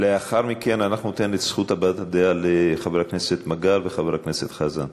לאחר מכן אנחנו ניתן זכות הבעת דעה לחבר הכנסת מגל ולחבר הכנסת חזן.